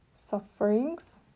Sufferings